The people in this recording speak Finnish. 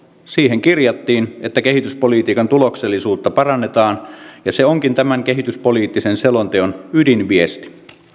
siihen kirjattiin että kehityspolitiikan tuloksellisuutta parannetaan ja se onkin tämän kehityspoliittisen selonteon ydinviesti